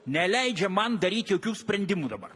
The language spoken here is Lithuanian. neleidžia man daryt jokių sprendimų dabar